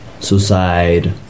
suicide